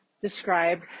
describe